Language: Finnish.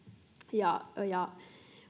ja ja